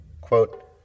Quote